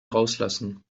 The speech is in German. rauslassen